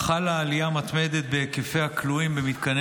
חלה עלייה מתמדת בהיקפי הכלואים במתקני